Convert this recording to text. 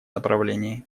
направлении